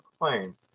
claim